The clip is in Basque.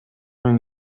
nuen